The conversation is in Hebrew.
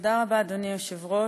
תודה רבה, אדוני היושב-ראש.